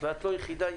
ואת לא היחידה,